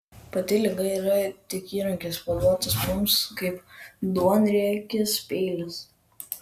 pati liga yra tik įrankis paduotas mums kaip duonriekis peilis